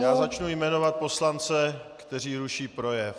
Já začnu jmenovat poslance, kteří ruší projev.